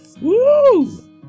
woo